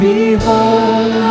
Behold